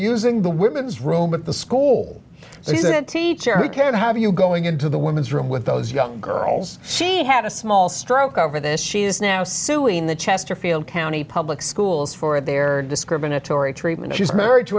using the women's room at the school so he said teacher who can have you going into the women's room with those young girls she had a small stroke over this she is now suing the chesterfield county public schools for their discriminatory treatment she's married to